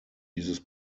dieses